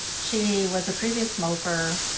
she was a previous smoker,